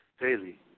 daily